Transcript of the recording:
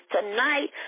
tonight